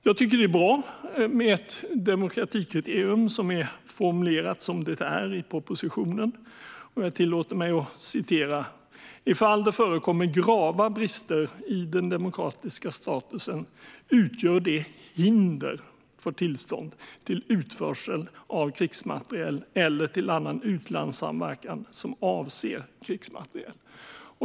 Jag tycker att det är bra med ett demokratikriterium som är formulerat som det är i propositionen, och jag tillåter mig att citera det: "Ifall det förekommer grava brister i den demokratiska statusen utgör det hinder för tillstånd till utförsel av krigsmateriel eller till annan utlandssamverkan som avser krigsmateriel."